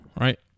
right